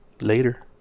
Later